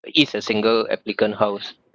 it's a single applicant house